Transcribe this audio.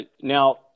Now